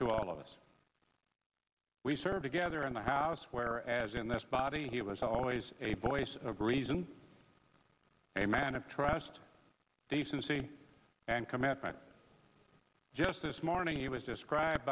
to all of us we serve together in the house where as in this body he was always a voice of reason a man of trust decency and commitment just this morning he was describe